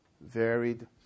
varied